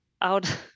out